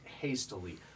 hastily